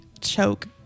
choke